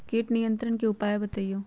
किट नियंत्रण के उपाय बतइयो?